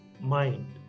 mind